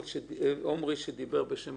מעמרי שדיבר בשם היועץ?